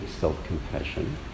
self-compassion